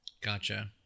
Gotcha